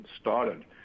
started